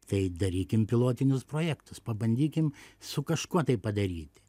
tai darykim pilotinius projektus pabandykim su kažkuo tai padaryti